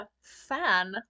fan